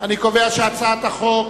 את הצעת חוק